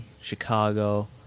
Chicago